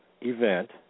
event